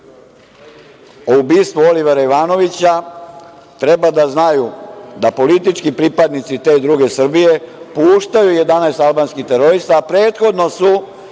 o ubistvu Olivera Ivanovića treba da znaju da politički pripadnici te druge Srbije puštaju 11 albanskih terorista, a prethodno su